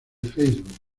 facebook